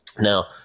Now